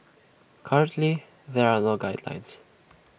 currently there are no guidelines